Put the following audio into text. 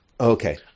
Okay